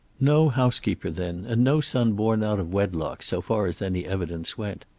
no housekeeper then, and no son born out of wedlock, so far as any evidence went.